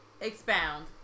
Expound